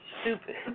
stupid